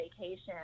vacation